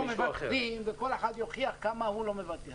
מוותרים וכל אחד יוכיח כמה הוא לא מוותר.